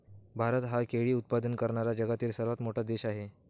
भारत हा केळी उत्पादन करणारा जगातील सर्वात मोठा देश आहे